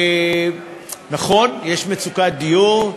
ונכון, יש מצוקת דיור.